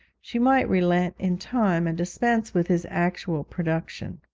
she might relent in time, and dispense with his actual production.